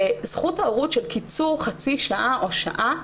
בזכות ההורות של קיצור חצי שעה או שעה,